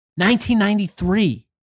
1993